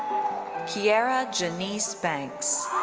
keaira jahniece banks.